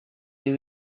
you